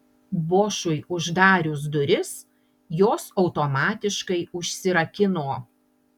bošui uždarius duris jos automatiškai užsirakino